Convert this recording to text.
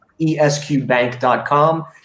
esqbank.com